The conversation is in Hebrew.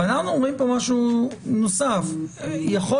אבל אנחנו אומרים פה משהו נוסף: יכול